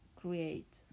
create